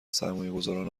سرمایهگذاران